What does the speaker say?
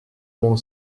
mon